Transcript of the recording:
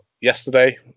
yesterday